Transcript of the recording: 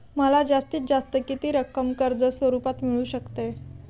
मला जास्तीत जास्त किती रक्कम कर्ज स्वरूपात मिळू शकते?